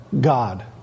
God